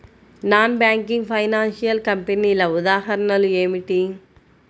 Non banking financial కంపెనీల ఉదాహరణలు ఏమిటి?